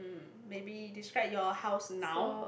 maybe describe your house now